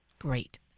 Great